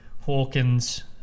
Hawkins